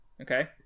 Okay